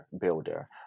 builder